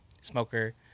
smoker